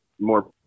more